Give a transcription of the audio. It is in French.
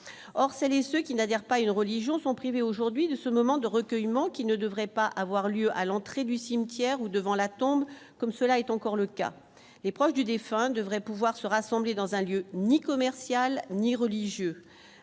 or celles et ceux qui n'adhère pas une religion sont privés aujourd'hui de ce moment de recueillement qui ne devrait pas avoir lieu à l'entrée du cimetière où devant la tombe, comme cela est encore le cas, les proches du défunt devrait pouvoir se rassembler dans un lieu ni commerciale ni religieux,